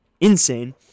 insane